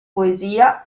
poesia